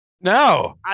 No